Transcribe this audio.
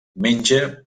menja